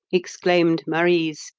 exclaimed marise,